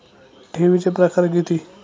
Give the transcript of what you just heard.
ठेवीचे प्रकार किती?